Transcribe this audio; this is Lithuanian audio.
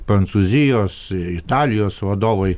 prancūzijos italijos vadovai